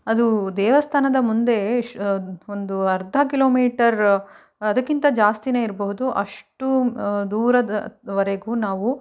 ಅದು ದೇವಸ್ಥಾನದ ಮುಂದೆ ಒಂದು ಅರ್ಧ ಕಿಲೋಮೀಟರ್ ಅದಕ್ಕಿಂತ ಜಾಸ್ತಿಯೇ ಇರ್ಬಹುದು ಅಷ್ಟು ದೂರದವರೆಗೂ ನಾವು